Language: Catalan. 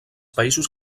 països